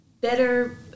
better